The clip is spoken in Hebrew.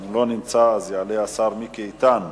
ואם הוא לא יימצא יעלה השר מיקי איתן,